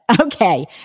Okay